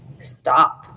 stop